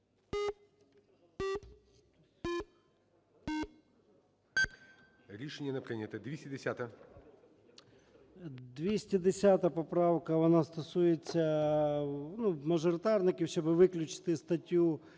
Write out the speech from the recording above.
Рішення не прийнято. 212-а